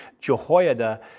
Jehoiada